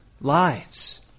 lives